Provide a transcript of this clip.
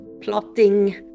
plotting